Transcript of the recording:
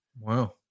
wow